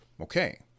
Okay